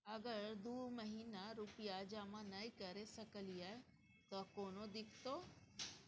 अगर दू महीना रुपिया जमा नय करे सकलियै त कोनो दिक्कतों?